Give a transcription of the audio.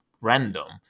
random